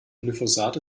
glyphosat